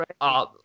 right